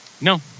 No